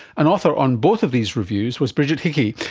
and author on both of these reviews was brigid hickey,